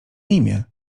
imię